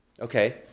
Okay